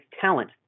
talent